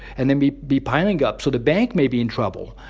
and they'll be be piling up, so the bank may be in trouble.